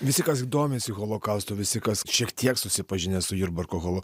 visi kas domisi holokaustu visi kas šiek tiek susipažinęs su jurbarko holo